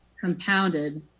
compounded